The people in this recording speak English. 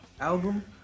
album